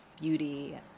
beauty